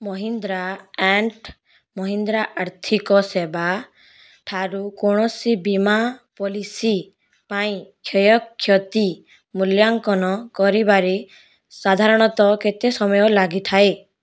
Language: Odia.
ମହିନ୍ଦ୍ରା ଆଣ୍ଡ୍ ମହିନ୍ଦ୍ରା ଆର୍ଥିକ ସେବା ଠାରୁ କୌଣସି ବୀମା ପଲିସି ପାଇଁ କ୍ଷୟକ୍ଷତି ମୂଲ୍ୟାଙ୍କନ କରିବାରେ ସାଧାରଣତଃ କେତେ ସମୟ ଲାଗିଥାଏ